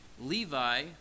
Levi